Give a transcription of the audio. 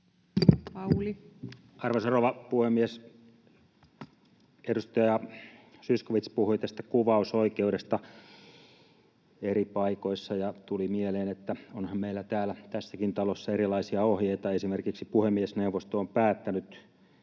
Arvoisa rouva puhemies! Edustaja Zyskowicz puhui tästä kuvausoikeudesta eri paikoissa, ja tuli mieleen, että onhan meillä täällä tässäkin talossa erilaisia ohjeita. Esimerkiksi puhemiesneuvosto on päättänyt